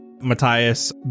Matthias